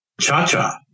Cha-Cha